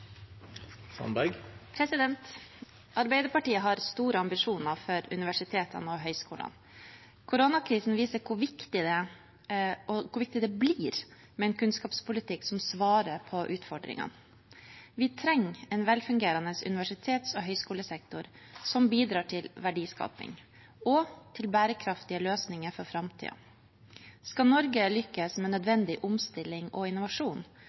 og hvor viktig det blir med en kunnskapspolitikk som svarer på utfordringene. Vi trenger en velfungerende universitets- og høyskolesektor som bidrar til verdiskaping og til bærekraftige løsninger for framtiden. Skal Norge lykkes med nødvendig omstilling og innovasjon,